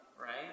right